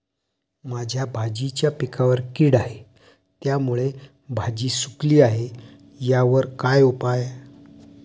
माझ्या भाजीच्या पिकावर कीड आहे त्यामुळे भाजी सुकली आहे यावर काय उपाय?